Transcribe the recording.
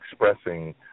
expressing